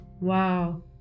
wow